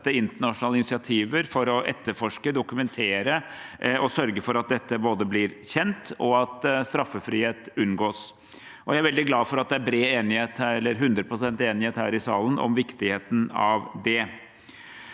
for å etterforske, dokumentere og sørge for at dette blir kjent, og at straffefrihet unngås. Jeg er veldig glad for at det er bred enighet – eller 100 pst. enighet – her i salen om viktigheten av det.